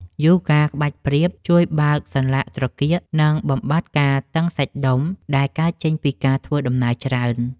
យូហ្គាក្បាច់ព្រាប ជួយបើកសន្លាក់ត្រគាក និងបំបាត់ការតឹងសាច់ដុំដែលកើតចេញពីការធ្វើដំណើរច្រើន។